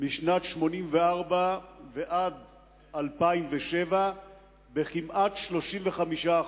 משנת 1984 עד 2007 כמעט ב-35%.